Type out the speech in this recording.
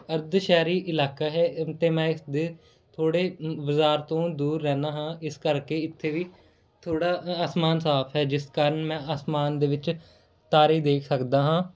ਅਰਧ ਸ਼ਹਿਰੀ ਇਲਾਕਾ ਹੈ ਅਤੇ ਮੈਂ ਇਸ ਦੇ ਥੋੜ੍ਹੇ ਬਾਜ਼ਾਰ ਤੋਂ ਦੂਰ ਰਹਿੰਦਾ ਹਾਂ ਇਸ ਕਰਕੇ ਇੱਥੇ ਵੀ ਥੋੜ੍ਹਾ ਅ ਅਸਮਾਨ ਸਾਫ ਹੈ ਜਿਸ ਕਾਰਨ ਮੈਂ ਅਸਮਾਨ ਦੇ ਵਿੱਚ ਤਾਰੇ ਦੇਖ ਸਕਦਾ ਹਾਂ